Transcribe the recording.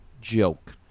joke